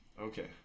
Okay